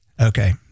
Okay